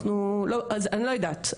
אז אני לא יודעת,